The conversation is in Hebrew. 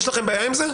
יש לכם בעיה עם זה?